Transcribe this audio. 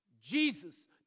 Jesus